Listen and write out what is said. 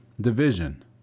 division